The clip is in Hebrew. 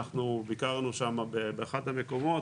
אנחנו ביקרנו שם באחד המקומות,